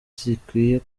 zikwiye